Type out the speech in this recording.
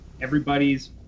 everybody's